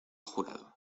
jurado